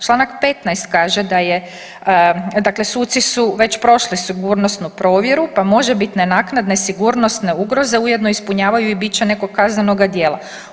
Čl. 15. kaže da je, dakle suci su već prošli sigurnosnu provjeru, pa možebitne naknadne sigurnosne ugroze ujedno ispunjavaju i biće nekog kaznenoga djela.